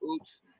oops